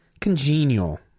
congenial